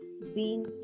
bean